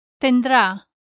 tendrá